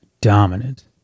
dominant